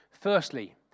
Firstly